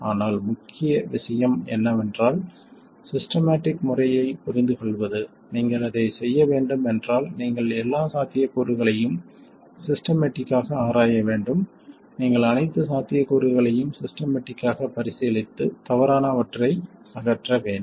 ஆனால் முக்கிய விஷயம் என்னவென்றால் ஸிஸ்டமேடிக் முறையைப் புரிந்துகொள்வது நீங்கள் அதைச் செய்ய வேண்டும் என்றால் நீங்கள் எல்லா சாத்தியக்கூறுகளையும் ஸிஸ்டமேடிக் ஆக ஆராய வேண்டும் நீங்கள் அனைத்து சாத்தியக்கூறுகளையும் ஸிஸ்டமேடிக் ஆகப் பரிசீலித்து தவறானவற்றை அகற்ற வேண்டும்